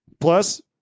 Plus